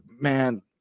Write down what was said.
man